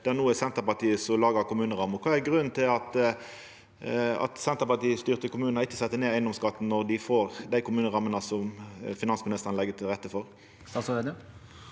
at det no er Senterpartiet som lagar kommuneramma. Kva er grunnen til at Senterparti-styrte kommunar ikkje set ned eigedomsskatten når dei får dei kommunerammene som finansministeren legg til rette for?